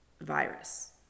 virus